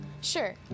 sure